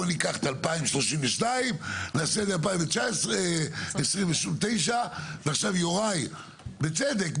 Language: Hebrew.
בואו ניקח את 2032 ונעשה את זה 2029. יוראי אומר ובצדק,